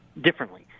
differently